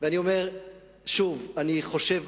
אני חושב,